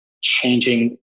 changing